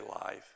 life